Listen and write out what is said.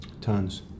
Tons